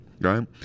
Right